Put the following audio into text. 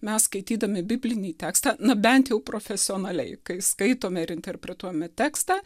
mes skaitydami biblinį tekstą na bent jau profesionaliai kai skaitome ir interpretuojame tekstą